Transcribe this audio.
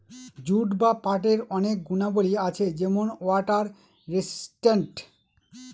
jute বা পাটের অনেক গুণাবলী আছে যেমন ওয়াটার রেসিস্টেন্ট